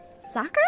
Soccer